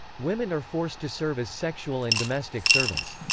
women are forced to serve as sexual and domestic servants.